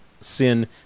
sin